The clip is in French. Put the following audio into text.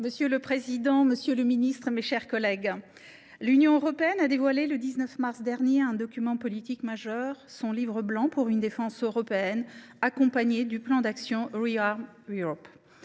Monsieur le président, monsieur le ministre, mes chers collègues, l’Union européenne a dévoilé le 19 mars dernier un document politique majeur, son livre blanc pour une défense européenne, accompagné du plan d’action ReArm Europe.